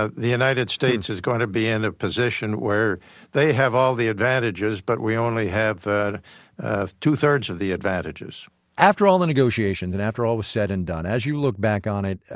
ah the united states is going to be in a position where they have all the advantages but we only have two-thirds of the advantages after all the negotiations, and after all was said and done, as you look back on it,